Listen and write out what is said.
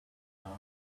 asked